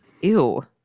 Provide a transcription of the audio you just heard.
Ew